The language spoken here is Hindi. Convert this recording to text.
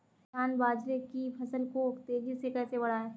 किसान बाजरे की फसल को तेजी से कैसे बढ़ाएँ?